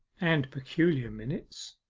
and peculiar minutes,